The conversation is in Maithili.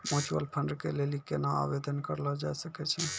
म्यूचुअल फंड के लेली केना आवेदन करलो जाय सकै छै?